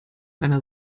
einer